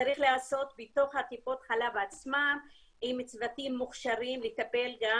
צריך להיעשות בתוך טיפות החלב עצמן עם צוותים שמוכשרים לטפל גם